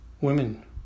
women